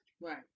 Right